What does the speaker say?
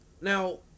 Now